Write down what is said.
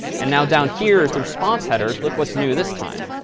and now down here is the response headers. looks what's new this time.